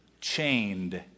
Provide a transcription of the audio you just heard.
chained